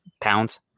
pounds